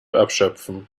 abschöpfen